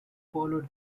followed